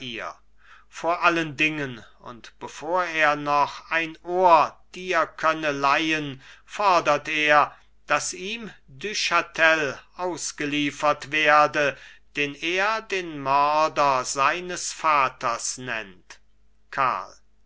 vor allen dingen und bevor er noch ein ohr dir könne leihen fodert er daß ihm du chatel ausgeliefert werde den er den mörder seines vaters nennt karl